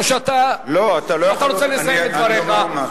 או שאתה רוצה לסיים את דבריך,